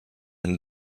and